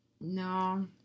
No